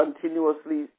continuously